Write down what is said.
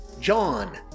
John